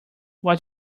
what